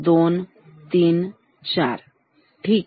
11234 ठीक